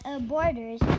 borders